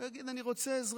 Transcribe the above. הוא יגיד: אני רוצה עזרה.